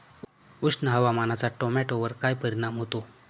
उष्ण हवामानाचा टोमॅटोवर काय परिणाम होतो?